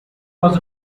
was